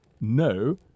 No